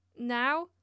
now